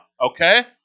Okay